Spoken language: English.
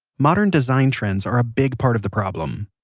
modern design trends are a big part of the problem.